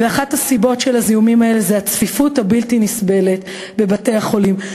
ואחת הסיבות לזיהומים האלה היא הצפיפות הבלתי-נסבלת בבתי-החולים,